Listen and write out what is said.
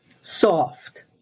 soft